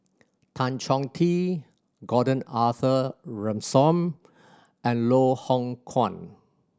Tan Chong Tee Gordon Arthur Ransome and Loh Hoong Kwan